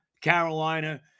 Carolina